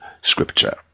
Scripture